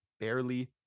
barely